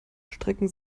strecken